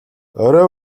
орой